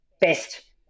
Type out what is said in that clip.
best